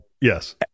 Yes